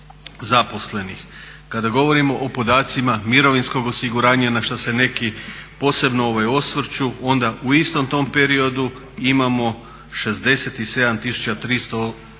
Kada govorimo o podacima mirovinskog osiguranja na šta se neki posebno osvrću onda u istom tom periodu imamo 67 tisuća